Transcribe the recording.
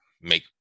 make